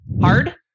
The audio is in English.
hard